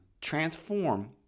transform